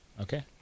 Okay